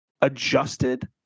adjusted